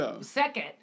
second